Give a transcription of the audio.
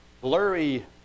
blurry